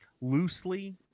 Loosely